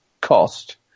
cost